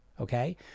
okay